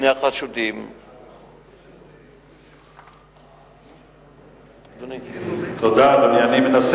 2. אם לא, מדוע לא?